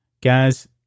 guys